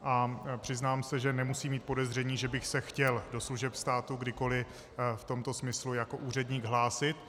A přiznám se, že nemusí mít podezření, že bych se chtěl do služeb státu kdykoli v tomto smyslu jako úředník hlásit.